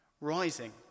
Rising